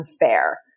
unfair